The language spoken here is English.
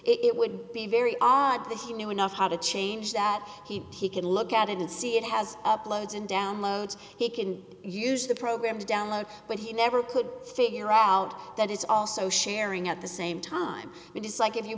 it would be very odd that he knew enough how to change that he can look at it and see it has uploads and downloads he can use the program to download but he never could figure out that it's also sharing at the same time it is like if you